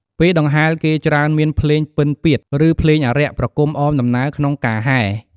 ពេលដង្ហែ គេច្រើនមានភ្លេងពិណពាទ្យ ឬភ្លេងអារក្សប្រគំអមដំណើរក្នុងការហែរ។